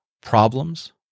problems